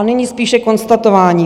Nyní spíše konstatování.